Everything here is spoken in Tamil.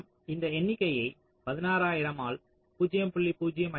நாம் அந்த எண்ணிக்கையை 16000 ஆல் 0